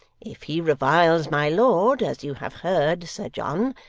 if he reviles my lord, as you have heard, sir john,